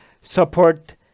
support